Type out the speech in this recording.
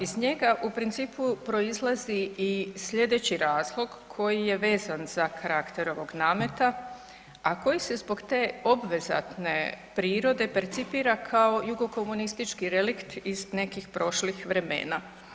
Iz njega u principu proizlazi i slijedeći razlog koji je vezan za karakter ovog nameta, a koji se zbog te obvezatne prirode percipira kao jugokomunistički relikt iz nekih prošlih vremena.